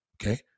Okay